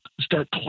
start